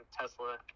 Tesla